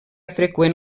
freqüent